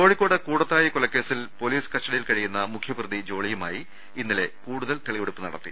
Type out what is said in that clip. കോഴിക്കോട് കൂടത്തായി കൊലക്കേസിൽ പൊലീസ് കസ്റ്റ ഡിയിൽ കഴിയുന്ന മുഖ്യപ്രതി ജോളിയുമായി ഇന്നലെ കൂടുതൽ തെളിവെടുപ്പ് നടത്തി